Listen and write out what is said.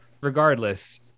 regardless